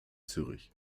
zürich